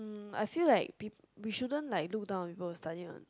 um I feel like pe~ we shouldn't like look down on people who study on